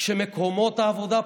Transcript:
כשמקומות העבודה פתוחים,